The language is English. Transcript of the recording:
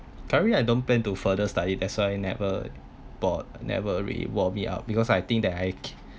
currently I don't plan to further study that's why never bother never really worry me out because I think that I